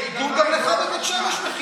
ולכן אני רוצה חשמל חינם.